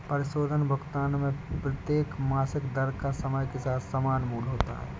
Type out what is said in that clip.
परिशोधन भुगतान में प्रत्येक मासिक दर का समय के साथ समान मूल्य होता है